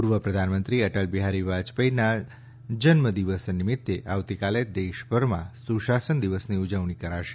પૂર્વ પ્રધાનમંત્રી અટલ બિહારી બાજપાઇના જન્મ દિવસ નિમિત્તે આવતીકાલે દેશભરમાં સુશાસન દિવસની ઉવજણી કરાશે